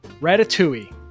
Ratatouille